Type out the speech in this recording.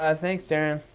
ah thanks, darren.